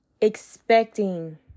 expecting